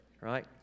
right